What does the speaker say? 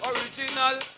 Original